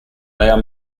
are